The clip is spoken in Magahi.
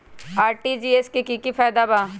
आर.टी.जी.एस से की की फायदा बा?